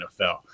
NFL